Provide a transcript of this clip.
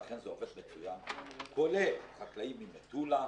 ואכן זה עובד מצוין, כולל חקלאים ממטולה,